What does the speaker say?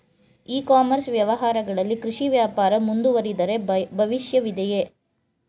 E commerce ವ್ಯವಹಾರಗಳಲ್ಲಿ ಕೃಷಿ ವ್ಯಾಪಾರ ಮುಂದುವರಿದರೆ ಭವಿಷ್ಯವಿದೆಯೇ?